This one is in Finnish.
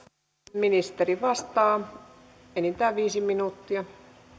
ministeri vastaa enintään viisi minuuttia